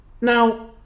Now